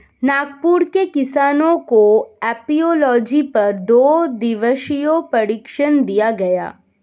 नागपुर के किसानों को एपियोलॉजी पर दो दिवसीय प्रशिक्षण दिया गया